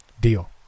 Deal